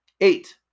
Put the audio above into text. eight